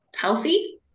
healthy